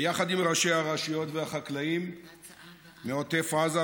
ביחד עם ראשי הרשויות והחקלאים מעוטף עזה,